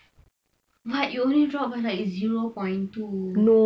what you only drop by like zero point two